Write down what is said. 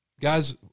guys